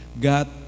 God